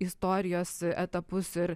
istorijos etapus ir